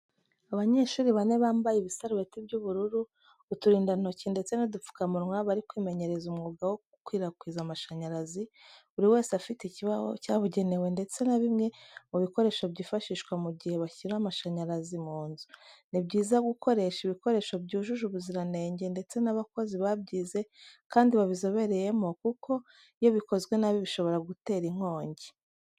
Abanyeshuri bane bambaye ibisarubeti by'ubururu, uturindantoki ndetse n'udupfukamunwa bari kwimenyereza umwuga wo gukwirakwiza amashanyarazi, buri wese afite ikibaho cyabugenewe ndetse na bimwe mu bikoresho byifashishwa mu gihe bashyira amashanyarazi mu nzu. Ni byiza ko gukoresha ibikoresho byujuje ubuziranenge ndetse n'abakozi babyize kandi babizobereyemo kuko iyo bikozwe nabi bishobora gutera inkongi.